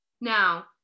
Now